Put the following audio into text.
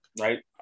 Right